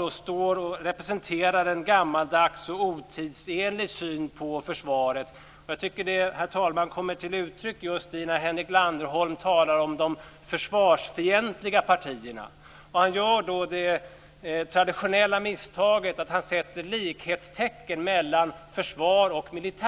liksom tidigare representerar en gammaldags och otidsenlig syn på försvaret. Det kommer till uttryck, herr talman, när Henrik Landerholm talar om de försvarsfientliga partierna. Han gör då det traditionella misstaget att han sätter likhetstecken mellan försvar och militär.